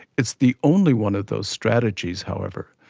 it's the only one of those strategies, however,